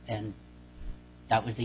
and that was the